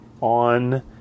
on